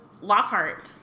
Lockhart